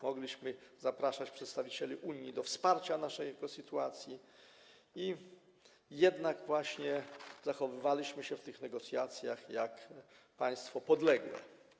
Mogliśmy zapraszać przedstawicieli Unii do wsparcia nas w naszej sytuacji, jednak zachowywaliśmy się w tych negocjacjach jak państwo podległe.